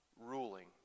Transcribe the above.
ruling